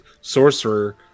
sorcerer